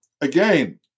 again